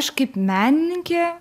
aš kaip menininkė